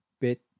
bit